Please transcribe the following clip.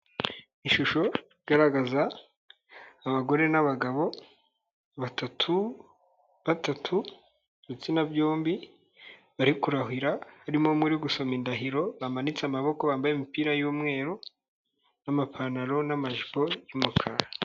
Ishusho igaragaza abagore n'abagabo batatu, batatu ibitsina byombi bari kurahira. Harimo umwe uri gusoma indahiro bamanitse amaboko. Bambaye imipira y'umweru n'amapantaro n'amajipo y'umukara.